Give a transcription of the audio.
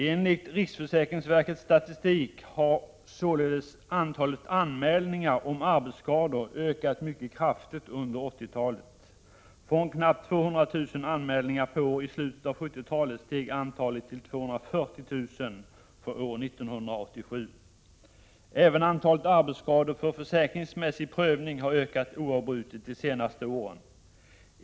Enligt riksförsäkringsverkets statistik har således antalet anmälningar om arbetsskador ökat mycket kraftigt under 80-talet. Från knappt 200 000 anmälningar per år i slutet av 70-talet steg antalet till 240 000 för år 1987. Även antalet arbetsskador för försäkringsmässig prövning har ökat oavbrutet de senaste åren.